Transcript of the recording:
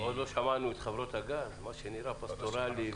עוד לא שמענו את חברות הגז, מה שנראה פסטורלי.